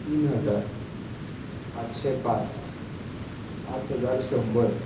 तीन हजार पाचशें पाच पाच हजार शंबर